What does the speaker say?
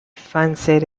fancied